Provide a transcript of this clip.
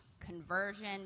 conversion